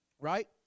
right